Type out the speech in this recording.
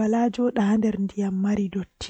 yaha jei baldeeji sedda o laara